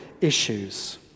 issues